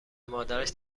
مادرش